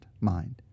mind